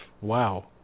wow